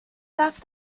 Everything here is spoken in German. darf